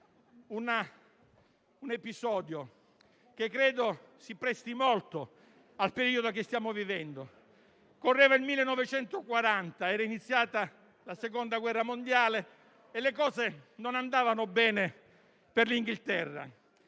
un episodio, che credo si presti molto al periodo che stiamo vivendo. Correva il 1940, era iniziata la seconda guerra mondiale, le cose non andavano bene per l'Inghilterra